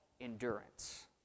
endurance